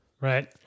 Right